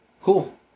Cool